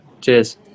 cheers